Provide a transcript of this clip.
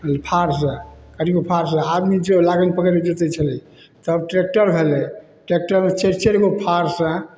फारसँ फारसँ आदमीसब लागनि पकड़िकऽ जोतै छलै तब ट्रैकटर भेलै ट्रैकटरमे चारि चारिगो फारसँ